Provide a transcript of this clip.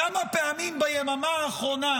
כמה פעמים ביממה האחרונה,